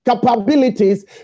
capabilities